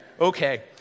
Okay